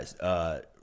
guys